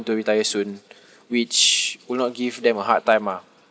to retire soon which will not give them a hard time ah